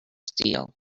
steel